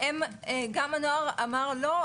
גם הנוער אמר לא,